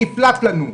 נפלט לנו.